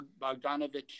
Bogdanovich